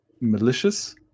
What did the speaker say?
malicious